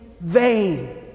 vain